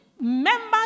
members